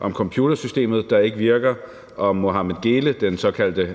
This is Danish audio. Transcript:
om computersystemet, der ikke virker, og om Mohamed Geele, den såkaldte